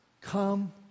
come